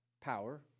power